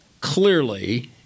clearly